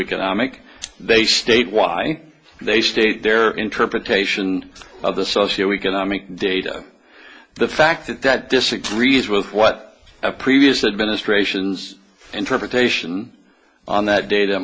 economic they state why they state their interpretation of the socio economic data the fact that disagrees with what the previous administration's interpretation on that da